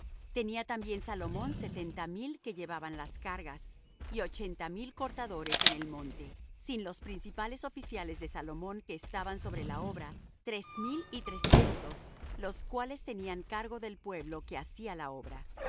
tenía también salomón setenta mil que llevaban las cargas y ochenta mil cortadores en el monte sin los principales oficiales de salomón que estaban sobre la obra tres mil y trescientos los cuales tenían cargo del pueblo que hacía la obra